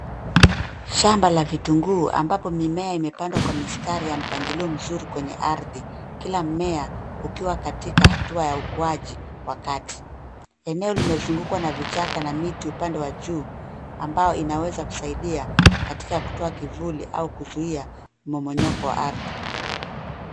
Shamba la vitunguu ambapo mimea imepandwa kwa mistari ya mpangilio mzuri kwenye ardhi. Kila mmea ukiwa katika hatua ya ukuaji wa kati. Eneo limezungukwa na vichaka na miti upande wa juu ambao inaweza kusaidia kutoa kivuli au kuzuhia mmonyoko wa ardhi.